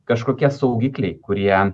kažkokie saugikliai kurie